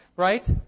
right